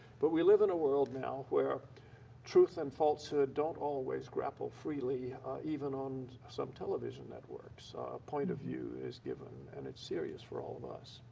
but we live in a world now where truth and falsehood don't always grapple freely even on some television networks. a point of view is given. and it's serious for all of us.